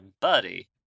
buddy